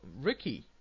Ricky